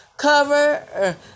Cover